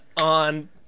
on